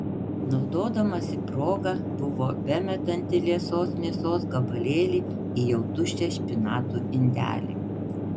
naudodamasi proga buvo bemetanti liesos mėsos gabalėlį į jau tuščią špinatų indelį